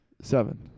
Seven